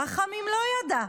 רחמים לא ידע,